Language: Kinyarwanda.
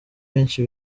benshi